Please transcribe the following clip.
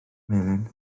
melin